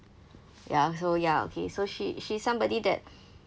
ya so ya okay so she she's somebody that